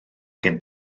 gen